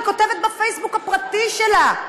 היא כותבת בפייסבוק הפרטי שלה,